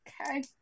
Okay